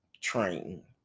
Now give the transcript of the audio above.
train